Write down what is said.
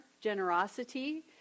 generosity